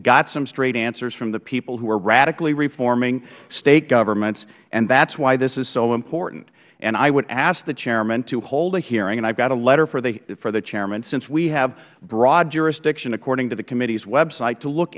got some straight answers from the people who are radically reforming state governments and that is why this is so important and i would ask the chairman to hold a hearing and i have a letter for the chairman since we have broad jurisdiction according to the committees website to look